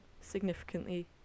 significantly